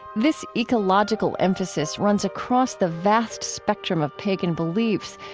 this ecological emphasis runs across the vast spectrum of pagan beliefs,